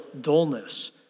dullness